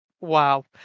wow